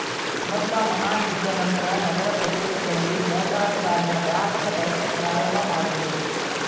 ಮೊದ್ಲ ಮಹಾಯುದ್ಧದ ನಂತ್ರ ನಗರ ಪ್ರದೇಶಗಳಲ್ಲಿ ಮೋಟಾರು ಕಾರಿನ ವ್ಯಾಪಕ ಬಳಕೆ ಪ್ರಾರಂಭಮಾಡುದ್ರು